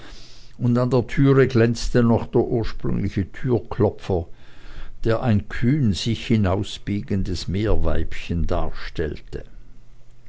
und an der türe glänzte noch der ursprüngliche türklopfer der ein kühn sich hinausbiegendes meerweibchen darstellte